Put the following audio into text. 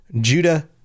Judah